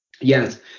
Yes